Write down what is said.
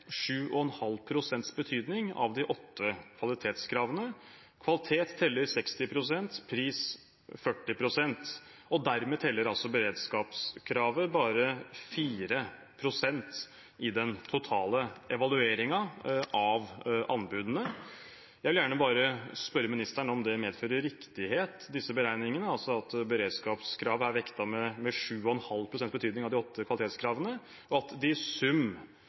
7,5 pst. betydning av de åtte kvalitetskravene. Kvalitet teller 60 pst. og pris 40 pst. Dermed teller altså beredskapskravet bare 4 pst. i den totale evalueringen av anbudene. Jeg vil gjerne spørre ministeren om disse beregningene medfører riktighet – at beredskapskravet er vektet med 7,5 pst. betydning av de åtte kvalitetskravene, og at de i sum